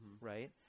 right